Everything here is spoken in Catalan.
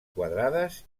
quadrades